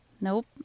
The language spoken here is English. Nope